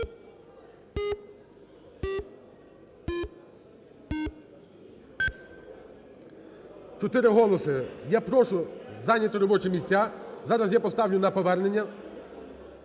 Чотири голоси. Я прошу зайняти робочі місця, зараз я поставлю на повернення.